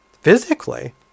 physically